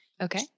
Okay